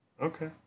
okay